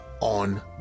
on